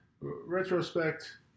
Retrospect